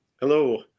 Hello